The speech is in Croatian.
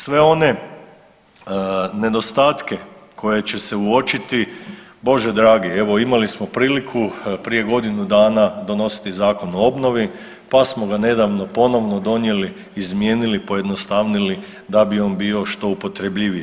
Sve one nedostatke koje će se suočiti, Bože dragi, evo imali smo priliku prije godinu dana donositi Zakon o obnovi, pa smo ga nedavno ponovno donijeli izmijenili, pojednostavnili da bi on bio što upotrebljiviji.